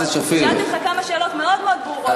שאלתי אותך כמה שאלות מאוד מאוד ברורות,